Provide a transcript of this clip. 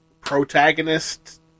protagonist